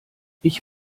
ich